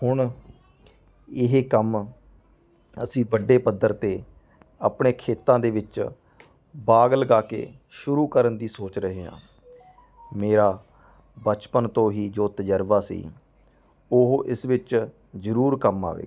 ਹੁਣ ਇਹ ਕੰਮ ਅਸੀਂ ਵੱਡੇ ਪੱਧਰ 'ਤੇ ਆਪਣੇ ਖੇਤਾਂ ਦੇ ਵਿੱਚ ਬਾਗ ਲਗਾ ਕੇ ਸ਼ੁਰੂ ਕਰਨ ਦੀ ਸੋਚ ਰਹੇ ਹਾਂ ਮੇਰਾ ਬਚਪਨ ਤੋਂ ਹੀ ਜੋ ਤਜ਼ਰਬਾ ਸੀ ਉਹ ਇਸ ਵਿੱਚ ਜ਼ਰੂਰ ਕੰਮ ਆਵੇਗਾ